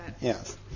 Yes